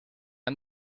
han